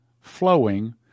flowing